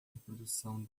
reprodução